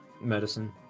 Medicine